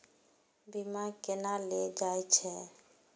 बीमा केना ले जाए छे?